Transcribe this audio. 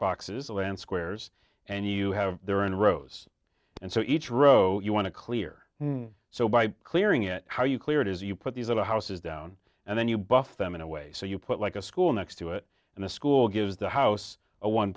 boxes and squares and you have their own rows and so each row you want to clear so by clearing it how you clear it is you put these other houses down and then you buff them in a way so you put like a school next to it and the school gives the house